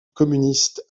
communiste